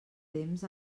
temps